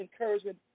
encouragement